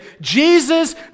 Jesus